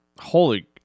holy